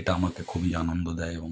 এটা আমাকে খুবই আনন্দ দেয় এবং